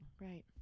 Right